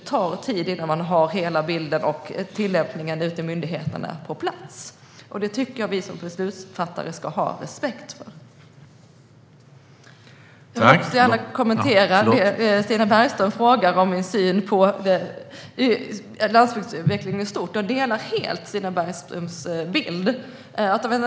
Det tar tid innan man har hela bilden och tillämpningen ute i myndigheterna på plats, och det tycker jag att vi som beslutsfattare ska ha respekt för. Stina Bergström efterfrågar min syn på landsbygdsutvecklingen i stort, och jag vill gärna kommentera detta. Jag delar helt Stina Bergströms bild.